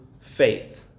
faith